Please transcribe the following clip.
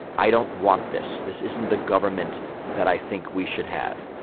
i don't want this, this isn't the government that i think we should have.